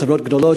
חברות גדולות,